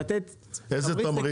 איזה תמריץ?